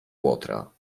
łotra